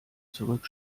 zurück